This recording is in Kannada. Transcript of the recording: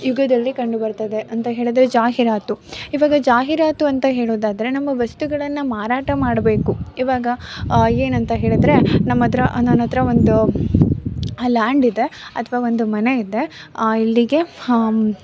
ಯುಗದಲ್ಲಿ ಕಂಡುಬರುತ್ತದೆ ಅಂತ ಹೇಳಿದರೆ ಜಾಹಿರಾತು ಈವಾಗ ಜಾಹಿರಾತು ಅಂತ ಹೇಳೋದಾದರೆ ನಮ್ಮ ವಸ್ತುಗಳನ್ನು ಮಾರಾಟ ಮಾಡಬೇಕು ಈವಾಗ ಏನಂತ ಹೇಳಿದರೆ ನಮ್ಮ ಹತ್ರ ನನ್ನ ಹತ್ರ ಒಂದು ಲ್ಯಾಂಡ್ ಇದೆ ಅಥ್ವಾ ಒಂದು ಮನೆ ಇದೆ ಇಲ್ಲಿಗೆ ಹಾಂ